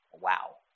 wow